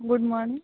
good morning